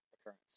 occurrence